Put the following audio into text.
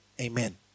Amen